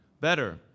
better